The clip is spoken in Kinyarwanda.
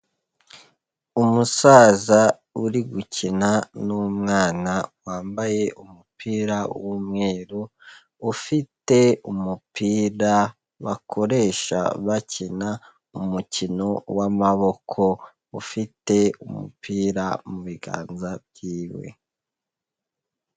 Umusaza uri gukina n'umwana wambaye umupira w'umweru, ufite umupira bakoresha bakina umukino w'amaboko, ufite umupira mu biganza byiwe.